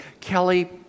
kelly